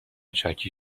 شاکی